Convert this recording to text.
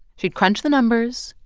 she'd crunched the numbers.